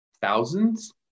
thousands